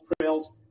trails